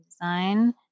design